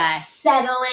settling